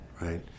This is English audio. right